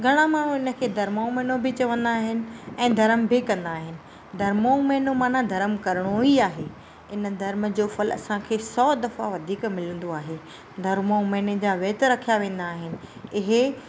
घणा माण्हू हिन खे घर्माऊं महिनो बि चवंदा आहिनि ऐं धर्म बि कंदा आहिनि धर्म जो महिनो माना धर्म करणो ही आहे हिन धर्म जो फल असांखे सौ दफ़ा वधीक मिलंदो आहे धर्म जो महिने जा विर्त रखिया वेंदा आहिनि इहे